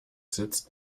sitzt